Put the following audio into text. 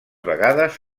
vegades